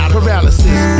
Paralysis